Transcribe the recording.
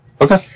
Okay